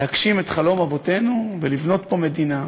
להגשים את חלום אבותינו ולבנות פה מדינה.